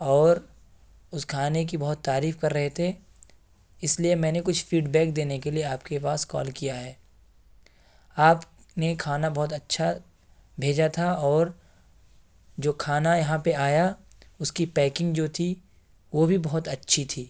اور اس کھانے کی بہت تعریف کر رہے تھے اس لیے میں کچھ فیڈ بیک دینے کے لیے آپ کے پاس کال کیا ہے آپ نے کھانا بہت اچّھا بھیجا تھا اور جو کھانا یہاں پہ آیا اس کی پیکنگ جو تھی وہ بھی بہت اچّھی تھی